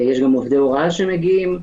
יש גם עובדי הוראה שמגיעים.